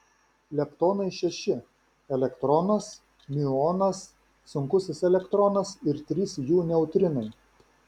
leptonai šeši elektronas miuonas sunkusis elektronas ir trys jų neutrinai